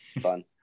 Fun